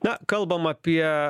na kalbam apie